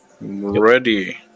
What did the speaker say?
Ready